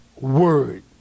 word